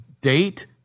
date